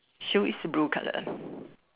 shoe is blue colour